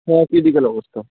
হ্যাঁ ক্রিটিকাল অবস্থা